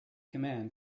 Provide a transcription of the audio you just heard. command